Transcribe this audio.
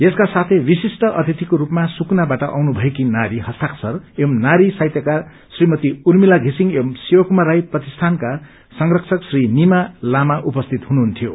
यसका साथै विशिष्ट अतिथिको रूपमा सुकनाबाट आउनु भएकी नारी हस्ताक्षर एवं नारी साहित्यकार श्रीमती उर्मिला घिसिङ एवं शिव कुमार राई प्रतिष्ठानका संरक्षक श्री निमा लामा उपस्थित हुनुहुन्थ्यो